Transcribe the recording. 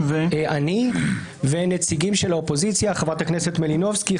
אני ונציגים של האופוזיציה: חברת הכנסת מלינובסקי,